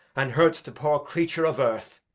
and hurts the poor creature of earth.